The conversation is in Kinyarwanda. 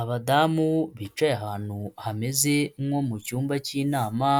Abadamu bicaye ahantu hameze nko mu cyumba cy'inama,